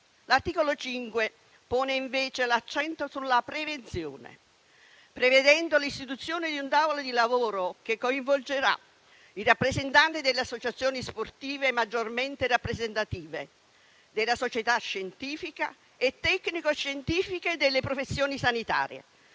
L'articolo 5 pone invece l'accento sulla prevenzione, prevedendo l'istituzione di un tavolo di lavoro che coinvolgerà i rappresentanti delle associazioni sportive maggiormente rappresentative, della società scientifica e tecnico-scientifica e delle professioni sanitarie.